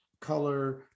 color